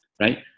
right